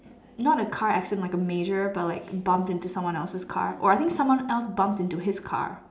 not a car accident like a major but like bumped into someone else's car or I think someone else bumped into his car